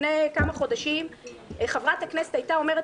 לפני כמה חודשים חברת הכנסת הייתה אומרת